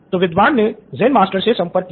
तो विद्वान ने ज़ेन मास्टर से संपर्क किया